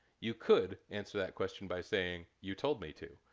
you could answer that question by saying, you told me to,